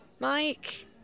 Mike